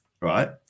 right